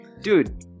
Dude